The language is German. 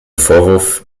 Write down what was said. vorwurf